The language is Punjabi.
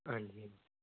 ਹਾਂਜੀ